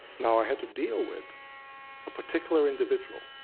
now i had to deal with a particular individual.